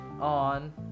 on